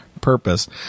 purpose